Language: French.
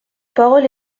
parole